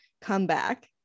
comeback